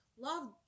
love